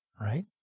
right